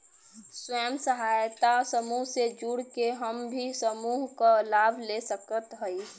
स्वयं सहायता समूह से जुड़ के हम भी समूह क लाभ ले सकत हई?